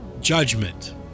judgment